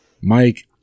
Mike